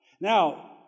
Now